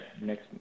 next